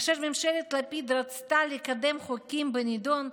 כאשר ממשלת לפיד רצתה לקדם חוקים בנדון,